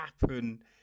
happen